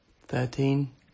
Thirteen